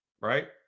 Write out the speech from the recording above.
Right